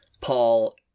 Paul